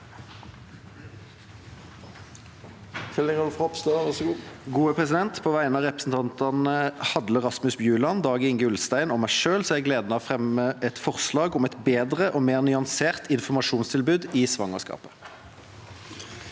På vegne av representantene Hadle Rasmus Bjuland, Dag-Inge Ulstein og meg selv har jeg gleden av å fremme et forslag om et bedre og mer nyansert informasjonstilbud under svangerskapet.